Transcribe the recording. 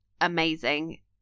amazing